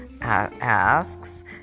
asks